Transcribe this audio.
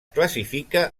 classifica